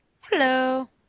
Hello